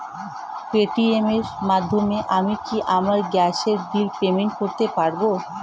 Paytm এর মাধ্যমে আমি কি আমার গ্যাসের বিল পেমেন্ট করতে পারব?